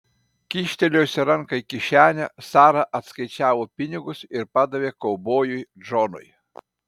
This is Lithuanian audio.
kyštelėjusi ranką į kišenę sara atskaičiavo pinigus ir padavė kaubojui džonui